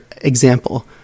example